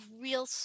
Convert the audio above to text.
real